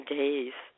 days